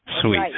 Sweet